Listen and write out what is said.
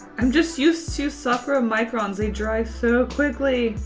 i'm just used to sakura microns. they dry so quickly.